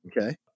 Okay